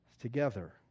together